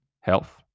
health